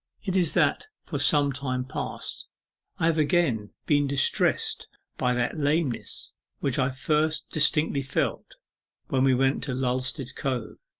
it is that for some time past i have again been distressed by that lameness which i first distinctly felt when we went to lulstead cove,